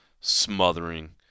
smothering